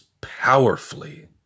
powerfully